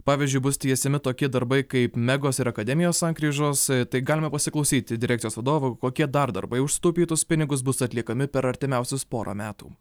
pavyzdžiui bus tiesiami tokie darbai kaip megos ir akademijos sankryžos tai galime pasiklausyti direkcijos vadovo kokie dar darbai už sutaupytus pinigus bus atliekami per artimiausius porą metų